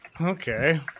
Okay